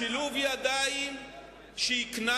שילוב ידיים שמבטיח שקט תעשייתי,